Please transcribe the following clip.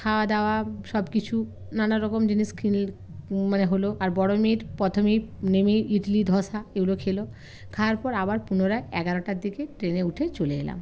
খাওয়া দাওয়া সব কিছু নানা রকম জিনিস মানে হলো আর বড়ো মেয়ের প্রথমেই নেমেই ইডলি ধোসা এগুলো খেলো খাওয়ার পর আবার পুনরায় এগারোটার দিকে ট্রেনে উঠে চলে এলাম